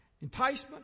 enticement